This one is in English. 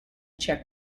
czech